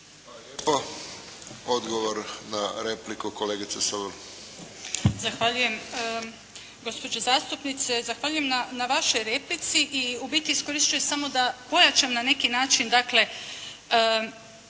Odgovor na repliku kolegica Opačić.